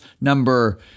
number